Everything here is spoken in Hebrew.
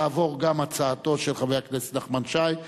תעבור גם הצעתו של חבר הכנסת נחמן שי.